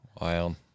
Wild